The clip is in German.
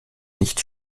nicht